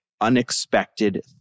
unexpected